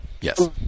Yes